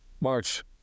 March